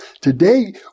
Today